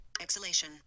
exhalation